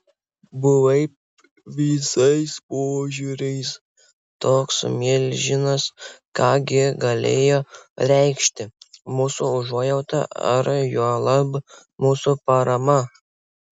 buvai visais požiūriais toks milžinas ką gi galėjo reikšti mūsų užuojauta ar juolab mūsų parama